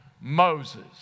Moses